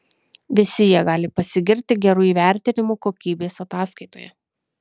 visi jie gali pasigirti geru įvertinimu kokybės ataskaitoje